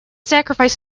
sacrifice